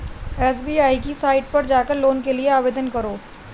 SBI की site पर जाकर लोन के लिए आवेदन करो